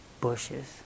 bushes